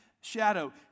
shadow